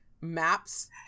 maps